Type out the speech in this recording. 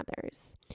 others